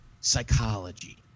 psychology